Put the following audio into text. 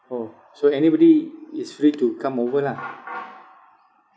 orh so anybody is free to come over lah